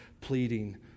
pleading